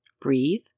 Breathe